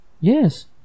Yes